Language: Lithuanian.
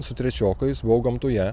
su trečiokais buvau gamtoje